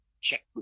Check